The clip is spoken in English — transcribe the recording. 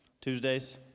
Tuesdays